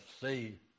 see